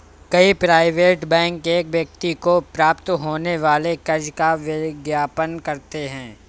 कई private bank एक व्यक्ति को प्राप्त होने वाले कर्ज का विज्ञापन करते हैं